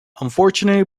unfortunately